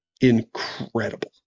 incredible